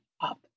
up